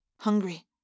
hungry